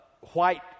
white